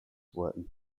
worden